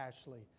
Ashley